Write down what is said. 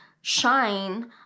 shine